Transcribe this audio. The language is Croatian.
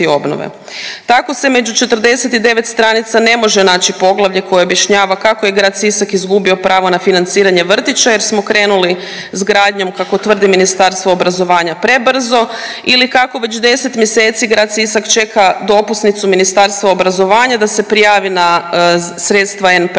Tako se među 49 stranica ne može naći poglavlje koje objašnjava kako je grad Sisak izgubio pravo na financiranje vrtića jer smo krenuli s gradnjom, kako tvrdi Ministarstvo obrazovanja prebrzo ili kako već 10 mjeseci grad Sisak čeka dopusnicu Ministarstva obrazovanja da se prijavi na sredstva NPO-a